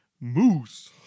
moose